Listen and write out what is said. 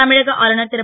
தமிழக ஆளுநர் ரு